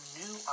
new